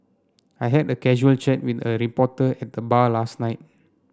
I had a casual chat with early reporter at the bar last night